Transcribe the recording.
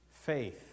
Faith